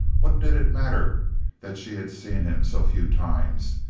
what did it matter that she had seen him so few times,